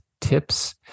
tips